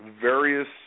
various